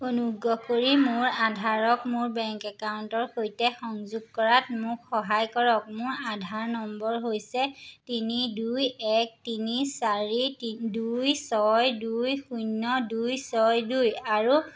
অনুগ্ৰহ কৰি মোৰ আধাৰক মোৰ বেংক একাউণ্টৰ সৈতে সংযোগ কৰাত মোক সহায় কৰক মোৰ আধাৰ নম্বৰ হৈছে তিনি দুই এক তিনি চাৰি দুই ছয় দুই শূন্য দুই ছয় দুই আৰু